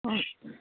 ꯎꯝ